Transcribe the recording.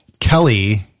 Kelly